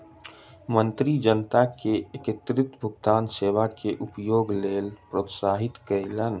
मंत्री जनता के एकीकृत भुगतान सेवा के उपयोगक लेल प्रोत्साहित कयलैन